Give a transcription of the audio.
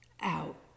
out